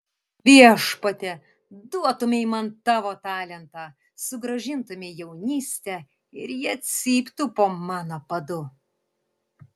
viešpatie duotumei man tavo talentą sugrąžintumei jaunystę ir jie cyptų po mano padu